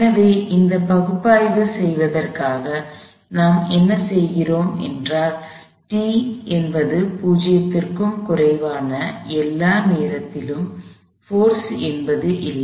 எனவே இதை பகுப்பாய்வு செய்வதற்காக நாம் என்ன செய்கிறோம் என்றால் t என்பது 0 க்கும் குறைவான எல்லா நேரத்திலும் போர்ஸ் என்பது இல்லை